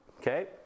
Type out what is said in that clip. Okay